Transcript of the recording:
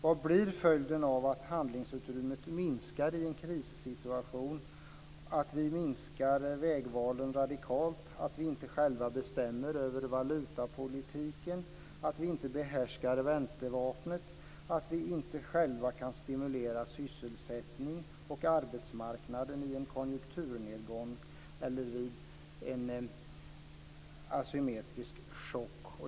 Vad blir följden av att handlingsutrymmet minskar i en krissituation, att vi minskar vägvalen radikalt, att vi inte själva bestämmer över valutapolitiken, att vi inte behärskar räntevapnet, att vi inte själva kan stimulera sysselsättningen och arbetsmarknaden i en konjunkturnedgång eller vid en asymmetrisk chock?